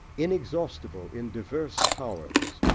inexhaustible in diverse powers,